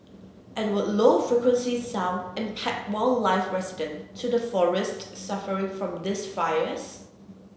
and would low frequency sound impact wildlife resident to the forest suffering from these fires